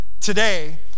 today